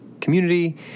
community